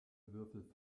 würfel